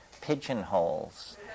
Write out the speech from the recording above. pigeonholes